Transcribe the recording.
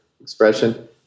expression